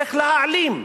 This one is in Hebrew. איך להעלים.